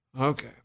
Okay